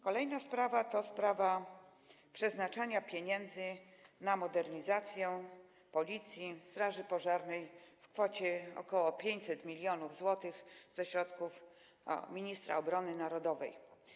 Kolejna sprawa to sprawa przeznaczania pieniędzy na modernizację Policji, straży pożarnej w kwocie ok. 500 mln zł ze środków ministra obrony narodowej.